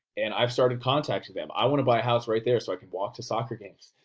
and i've started contacting them. i want to buy a house right there so i can walk to soccer games.